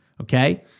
okay